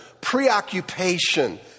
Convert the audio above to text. preoccupation